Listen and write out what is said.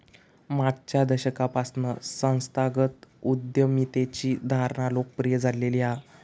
मागच्या दशकापासना संस्थागत उद्यमितेची धारणा लोकप्रिय झालेली हा